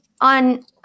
on